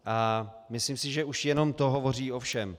A myslím si, že už jenom to hovoří o všem.